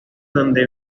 donde